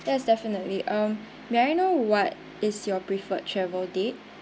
that's definitely um may I know what is your preferred travel date